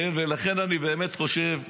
לכן,